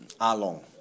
Alon